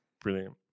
Brilliant